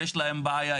שיש להם בעיה,